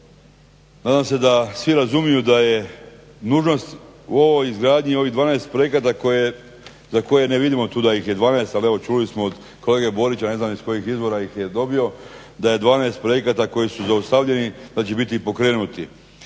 Nadam se da svi razumiju da je nužnost u ovoj izgradnji ovih 12 projekta za koje ne vidimo tu da ih je 12, ali evo čuli smo od kolege Borića ne znam iz kojih izvora ih je dobio, da je 12 projekata koji su zaustavljeni, da će biti pokrenuti.